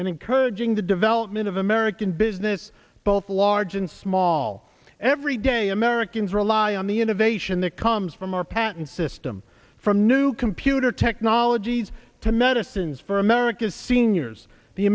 and encouraging the development of american business both large and small every day americans rely on the innovation that comes from our patent system from new computer technologies to medicines for america's seniors the